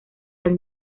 del